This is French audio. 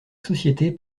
société